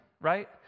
right